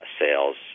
sales